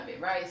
right